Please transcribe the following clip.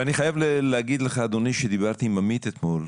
אני חייב להגיד לך, אדוני, שדיברתי עם עמית אתמול,